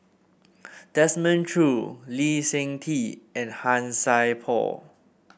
Desmond Choo Lee Seng Tee and Han Sai Por